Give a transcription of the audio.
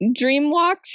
Dreamwalks